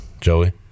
Joey